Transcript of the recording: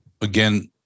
again